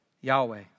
Yahweh